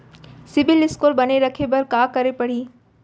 CIBIL score बने रखे बर का करे पड़ही?